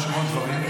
נרשמו הדברים.